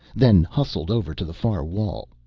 then hustled over to the far wall.